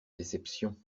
déception